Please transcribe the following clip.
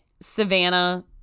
Savannah